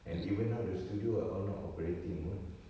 and even now the studio are all not operating pun